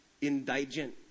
indigent